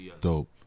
dope